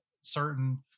certain